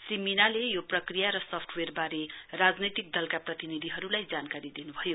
श्री मीणाले यो प्रक्रिया र सफ्टेवयरवारे राजनैतिक दलका प्रतिनिधिहरुलाई जानकारी दिनुभयो